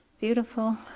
beautiful